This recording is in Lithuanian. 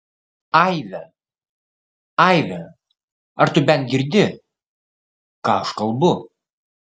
aive aive ar tu bent girdi ką aš kalbu